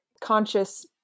conscious